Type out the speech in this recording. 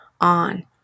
on